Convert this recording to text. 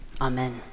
Amen